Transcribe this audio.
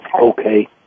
Okay